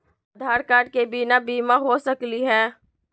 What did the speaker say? आधार के बिना भी बीमा हो सकले है?